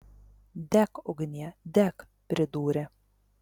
dek ugnie dek pridūrė